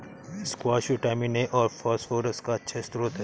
squash vitamin A और phosphorus का अच्छा श्रोत है